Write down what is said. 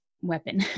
weapon